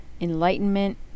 enlightenment